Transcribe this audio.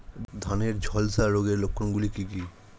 ধানের ঝলসা রোগের লক্ষণগুলি কি কি?